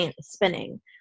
spinning